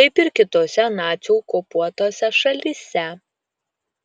kaip ir kitose nacių okupuotose šalyse